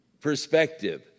perspective